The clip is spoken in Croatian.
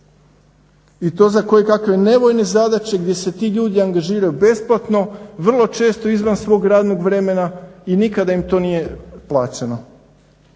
I to za kojekakve nevoljne zadaće gdje se ti ljudi angažiraju besplatno, vrlo često izvan svog radnog vremena i nikada im to nije plaćeno.